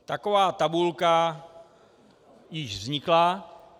Taková tabulka již vznikla.